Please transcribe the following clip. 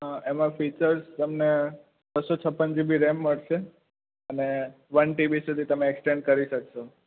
હા એમાં ફીચર્સ અને બસો છપ્પન જીબી રેમ મળશે અને વન ટીબી સુધી તમે એક્સટેન્ડ કરી શકશો